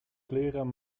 kleren